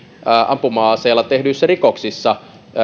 ampuma aseella tehdyissä rikoksissa